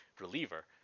reliever